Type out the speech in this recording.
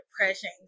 depression